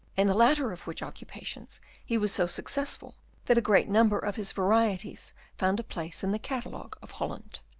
in the latter of which occupations he was so successful that a great number of his varieties found a place in the catalogue of holland.